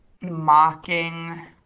mocking